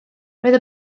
roedd